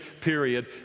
period